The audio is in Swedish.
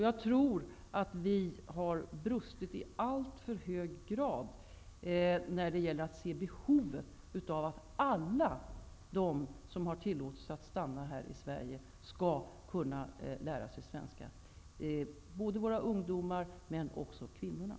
Jag tror att vi i alltför hög grad har brustit när det gällt att se behoven av att alla de som har tillåtelse att stanna här i Sverige skall kunna lära sig svenska. Det gäller våra ungdomar, men också kvinnorna.